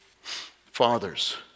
Fathers